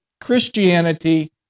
Christianity